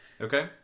Okay